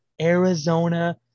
Arizona